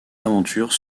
aventures